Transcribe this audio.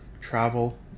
travel